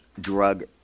drug